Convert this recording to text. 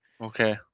okay